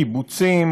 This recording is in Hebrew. קיבוצים,